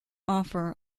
offer